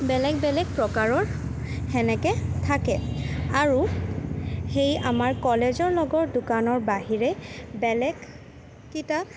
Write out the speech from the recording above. বেলেগ বেলেগ প্ৰকাৰৰ সেনেকৈ থাকে আৰু সেই আমাৰ কলেজৰ লগৰ দোকানৰ বাহিৰে বেলেগ কিতাপ